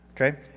Okay